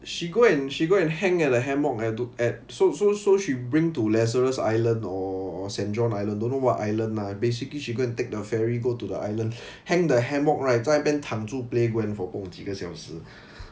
she go and she go and hang at a hammock at at so so so she bring to lazarus island or saint john island don't know what island lah basically she go and take the ferry go to the island hang the hammock right 在那边躺就 play gwen for 不懂几个小时